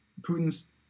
Putin's